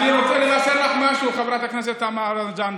אני רוצה לבשר לך משהו, חברת הכנסת תמר זנדברג: